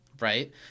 Right